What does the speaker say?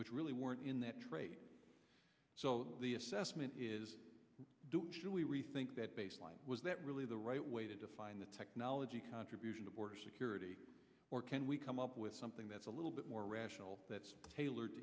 really weren't in that trait so the assessment is should we rethink that baseline was that really the right way to define the technology contribution to border security or can we come up with something that's a little bit more rational that is tailored